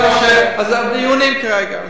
אלה הדיונים כרגע.